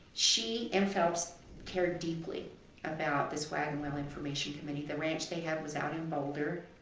she and phelps cared deeply about this wagon wheel information committee. the ranch they had was out in boulder.